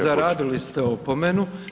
zaradili ste opomenu.